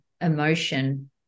emotion